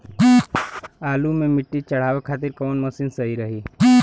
आलू मे मिट्टी चढ़ावे खातिन कवन मशीन सही रही?